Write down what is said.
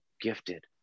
gifted